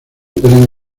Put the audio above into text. pueden